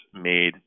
made